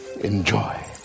Enjoy